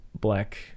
black